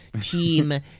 team